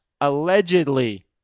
allegedly